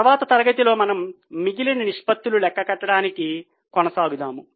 తర్వాత తరగతిలో మనము మిగిలిన నిష్పత్తులు లెక్క కట్టడానికి కొనసాగుదాము